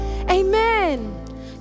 Amen